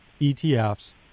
ETFs